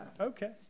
okay